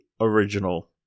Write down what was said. original